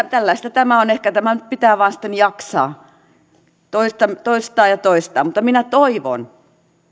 tällaista tämä on ehkä tämä sitten pitää vain jaksaa toistaa ja toistaa mutta minä toivon